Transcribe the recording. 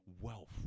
wealth